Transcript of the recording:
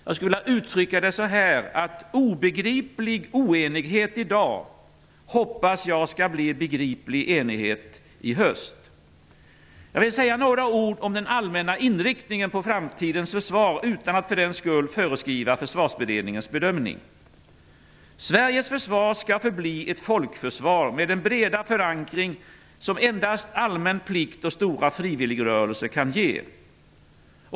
Jag skulle vilja uttrycka det så här: Obegriplig oenighet i dag hoppas jag skall bli begriplig enighet i höst. Jag vill säga några ord om den allmänna inriktningen på framtidens försvar, utan att för den skull föregripa försvarsberedningens bedömning. Sveriges försvar skall förbli ett folkförsvar med den breda förankring som endast allmän plikt och stora frivilligrörelser kan ge.